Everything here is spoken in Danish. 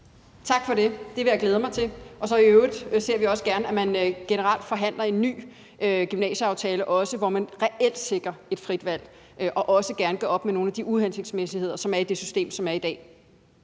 Tak for det. Det vil jeg glæde mig til. I øvrigt ser vi også gerne, at man generelt forhandler en ny gymnasieaftale, hvor man reelt sikrer et frit valg og også gerne gør op med nogle af de uhensigtsmæssigheder, som er i det system, vi har i dag.